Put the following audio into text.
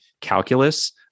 calculus